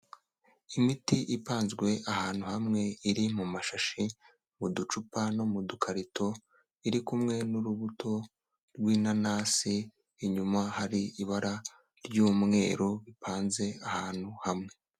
Imiti ipanzwe ahantu hamwe iri mu mashashi mu ducupa no mu dukarito, iri kumwe n'urubuto rw'inanasi, inyuma hari ibara ry'umweru bipanze ahantu hamwe.